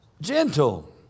gentle